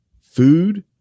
food